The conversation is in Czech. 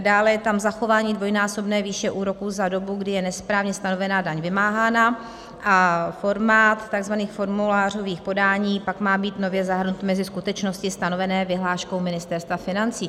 Dále je tam zachování dvojnásobné výše úroků za dobu, kdy je nesprávně stanovená daň vymáhána, a formát tzv. formulářových podání pak má být nově zahrnut mezi skutečnosti stanovené vyhláškou Ministerstva financí.